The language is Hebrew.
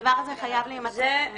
לדבר הזה חייב להימצא פתרון.